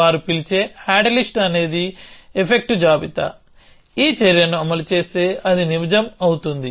వారు పిలిచే ad list అనేది ఎఫెక్ట్ జాబితా ఈ చర్యను అమలు చేస్తే అది నిజం అవుతుంది